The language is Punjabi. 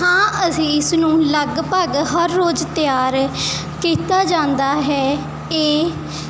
ਹਾਂ ਅਸੀਂ ਇਸ ਨੂੰ ਲਗਭਗ ਹਰ ਰੋਜ਼ ਤਿਆਰ ਕੀਤਾ ਜਾਂਦਾ ਹੈ ਇਹ